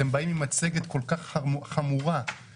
זה לא יאומן שאתם באים עם מצגת כל כך חמורה שמראה